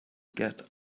get